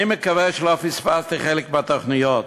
אני מקווה שלא פספסתי חלק מהתוכניות.